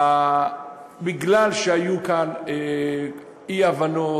בגלל שהיו כאן אי-הבנות,